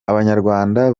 abanyarwanda